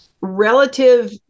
relative